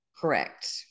Correct